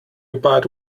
about